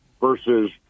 versus